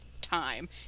time